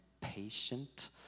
patient